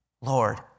Lord